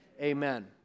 Amen